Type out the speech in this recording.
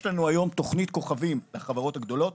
יש לנו היום תוכנית כוכבים לחברות הגדולות,